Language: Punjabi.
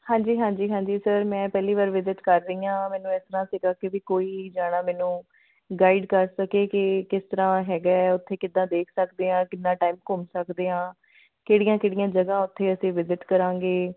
ਹਾਂਜੀ ਹਾਂਜੀ ਹਾਂਜੀ ਸਰ ਮੈਂ ਪਹਿਲੀ ਵਾਰ ਵਿਜ਼ਿਟ ਕਰ ਰਹੀ ਹਾਂ ਮੈਨੂੰ ਇਸ ਤਰ੍ਹਾਂ ਸੀਗਾ ਕਿ ਵੀ ਕੋਈ ਜਾਣਾ ਮੈਨੂੰ ਗਾਈਡ ਕਰ ਸਕੇ ਕਿ ਕਿਸ ਤਰ੍ਹਾਂ ਹੈਗਾ ਹੈ ਉੱਥੇ ਕਿੱਦਾਂ ਦੇਖ ਸਕਦੇ ਹਾਂ ਕਿੰਨਾ ਟਾਈਮ ਘੁੰਮ ਸਕਦੇ ਹਾਂ ਕਿਹੜੀਆਂ ਕਿਹੜੀਆਂ ਜਗ੍ਹਾ ਉੱਥੇ ਅਸੀਂ ਵਿਜ਼ਿਟ ਕਰਾਂਗੇ